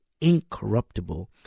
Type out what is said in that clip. incorruptible